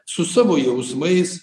su savo jausmais